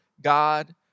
God